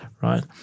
right